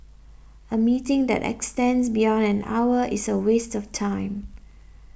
a meeting that extends beyond an hour is a waste of time